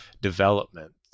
development